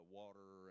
water